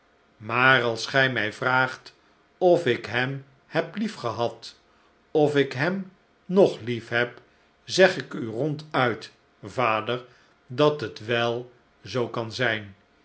maar als gij mij vraagt of ik hem heb liefgehad of ik hem nog lief heb zeg ikuronduit vader dat het wel zoo kan zijn